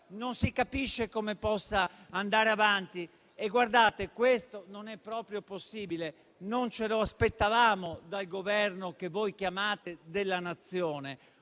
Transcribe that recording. Non si capisce come possa andare avanti e questo - guardate non è proprio possibile. Non ce lo aspettavamo dal Governo che voi chiamate "della Nazione".